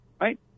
Right